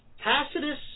Tacitus